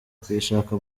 kuyishaka